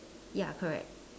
ya correct